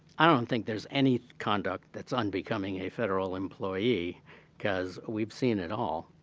i don't think there's any conduct that's unbecoming a federal employee because we've seen it all.